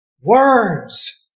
words